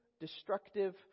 destructive